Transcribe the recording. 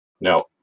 No